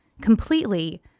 completely